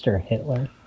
Hitler